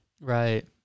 Right